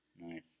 Nice